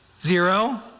zero